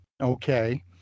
okay